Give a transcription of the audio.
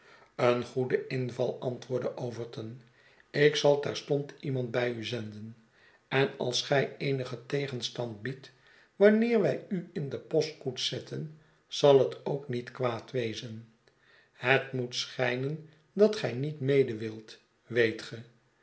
een goede inval antwoordde overton ik zal terstond iemand bij u zenden en als gij eenigen tegenstand biedt wanneer wij u inde postkoets zetten zal het ook niet kwaad wezen het moet schijnen dat gij niet mede wilt weet ge